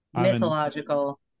mythological